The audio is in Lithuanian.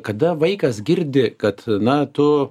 kada vaikas girdi kad na tu